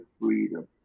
freedom